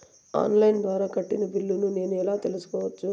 On line ద్వారా కట్టిన బిల్లును నేను ఎలా తెలుసుకోవచ్చు?